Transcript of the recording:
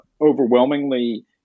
overwhelmingly